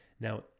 Now